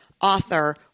author